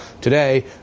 today